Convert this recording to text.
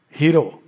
hero